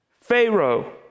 Pharaoh